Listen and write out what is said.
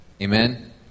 Amen